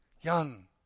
Young